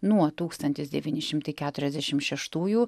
nuo tūkstantis devyni šimtai keturiasdešim šeštųjų